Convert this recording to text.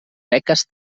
beques